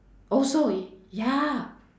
oh so ya